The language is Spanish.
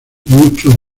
mucho